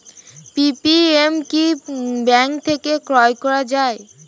PPF কি bank থেকে ক্রয় করা যায়?